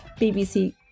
BBC